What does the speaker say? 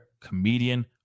comedian